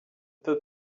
peux